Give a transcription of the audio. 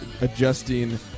adjusting